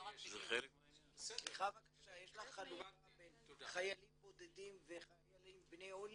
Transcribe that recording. לא רק ב --- יש לך חלוקה בין חיילים בודדים וחיילים בני עולים?